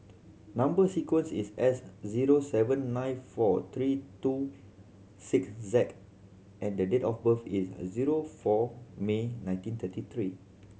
number sequence is S zero seven nine four three two six Z and the date of birth is zero four May nineteen thirty three